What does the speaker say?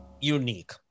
unique